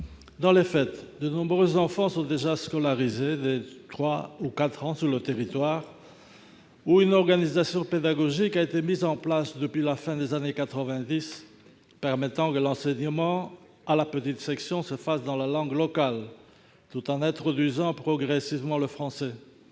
Dans les faits, de nombreux enfants sont déjà scolarisés dès 3 ou 4 ans sur mon territoire, où une organisation pédagogique, mise en place à la fin des années 1990, permet que l'enseignement en petite section se fasse dans la langue locale, avec une introduction progressive du français.